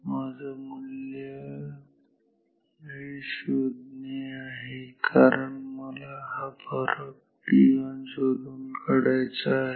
माझ लक्ष हे मूल्य शोधणे हे आहे कारण मला हा फरक ton शोधून काढायचा आहे